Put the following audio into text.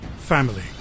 Family